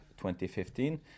2015